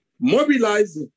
mobilize